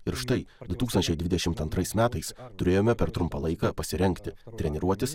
ir štai du tūkstančiai dvidešimt antrais metais turėjome per trumpą laiką pasirengti treniruotis